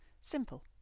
Simple